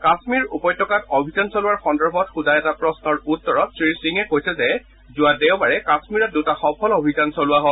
কাশ্মীৰ উপত্যকাত অভিযান চলোৱাৰ সন্দৰ্ভত সোধা এটা প্ৰশ্নৰ উত্তৰত শ্ৰীসিঙে কৈছে যে যোৱা দেওবাৰে কাশ্মীৰত দুটা সফল অভিযান চলোৱা হয়